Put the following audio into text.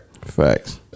Facts